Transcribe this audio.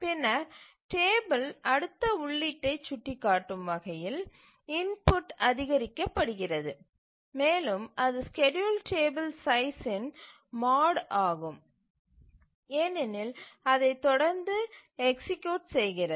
பின்னர் டேபிளில் அடுத்த உள்ளீட்டை சுட்டிக்காட்டும் வகையில் இன்புட் அதிகரிக்கப்படுகிறத மேலும் அது ஸ்கேட்யூல் டேபிள் சைசின் மாட் ஆகும் ஏனெனில் அதை தொடர்ந்து எக்சீக்யூட் செய்கிறது